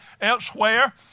elsewhere